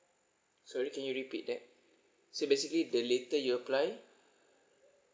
sorry can you repeat that so basically the later you apply